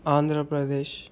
Andhra Pradesh